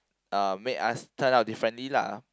uh make us turn out differently lah